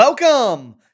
Welcome